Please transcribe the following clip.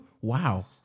Wow